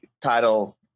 title